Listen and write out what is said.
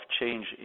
change